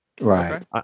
Right